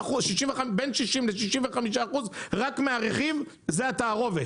בין 60%-65% רק מה --- זה התערובת.